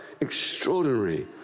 Extraordinary